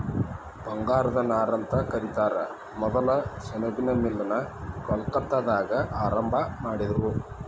ಬಂಗಾರದ ನಾರಂತ ಕರಿತಾರ ಮೊದಲ ಸೆಣಬಿನ್ ಮಿಲ್ ನ ಕೊಲ್ಕತ್ತಾದಾಗ ಆರಂಭಾ ಮಾಡಿದರು